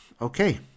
Okay